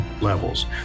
levels